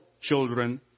children